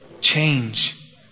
change